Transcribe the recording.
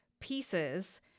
pieces